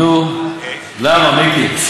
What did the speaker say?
נו, למה, מיקי?